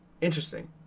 interesting